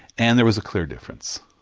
and there was a clear difference.